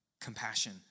compassion